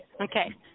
Okay